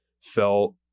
felt